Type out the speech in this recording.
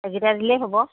এইকেইটা দিলেই হ'ব